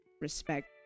respect